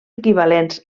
equivalents